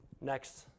Next